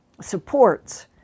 supports